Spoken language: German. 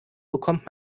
bekommt